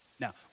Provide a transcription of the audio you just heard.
Now